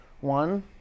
One